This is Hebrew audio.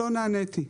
לא נעניתי.